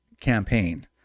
campaign